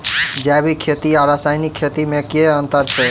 जैविक खेती आ रासायनिक खेती मे केँ अंतर छै?